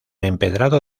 empedrado